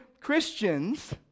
Christians